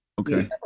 Okay